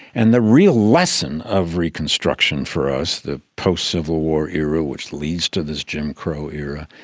and the real lesson of reconstruction for us, the post-civil war era which leads to this jim crow era,